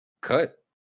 cut